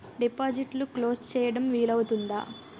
డిపాజిట్లు క్లోజ్ చేయడం వీలు అవుతుందా?